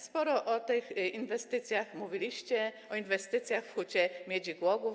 Sporo o tych inwestycjach mówiliście, o inwestycjach w Hucie Miedzi Głogów.